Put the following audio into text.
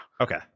okay